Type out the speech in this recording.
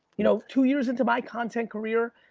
you know two years into my content career,